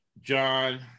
John